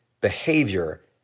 behavior